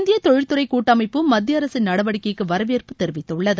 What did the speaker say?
இந்திய தொழில்துறை கூட்டமைப்பும் மத்திய அரசின் நடவடிக்கைக்கு வரவேற்பு தெரிவித்துள்ளது